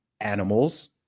animals